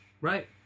Right